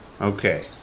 Okay